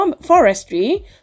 Forestry